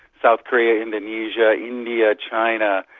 south korea, indonesia, india, china.